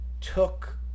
took